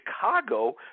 Chicago